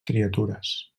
criatures